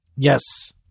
Yes